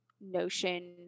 notion